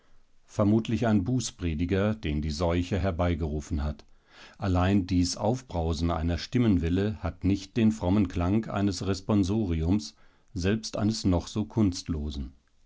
vermutlich ein bußprediger den die seuche herbeigerufen hat allein dies aufbrausen einer stimmenwelle hat nicht den frommen klang eines responsoriums selbst eines noch so kunstlosen